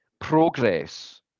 progress